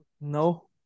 No